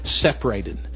separated